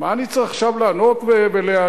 אני צריך עכשיו לענות ולהיענש?